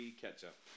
ketchup